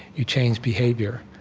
you change behavior.